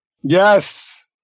Yes